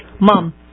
Mom